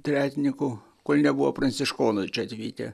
tretiniku kol nebuvo pranciškonai čia atvykę